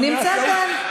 הוא נמצא כאן.